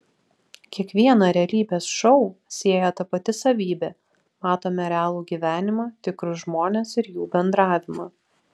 kiekvieną realybės šou sieja ta pati savybė matome realų gyvenimą tikrus žmones ir jų bendravimą